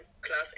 Class